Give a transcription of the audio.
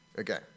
Okay